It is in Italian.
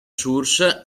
source